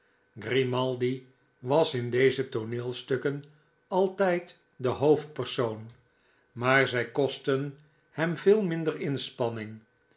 grimaldi was in deze tooneelstukken altijd de hoofdpersoon maar zij kosten hem veel minder inspanning